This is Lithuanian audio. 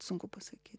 sunku pasakyt